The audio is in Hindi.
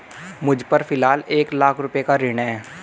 मुझपर फ़िलहाल एक लाख रुपये का ऋण है